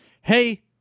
hey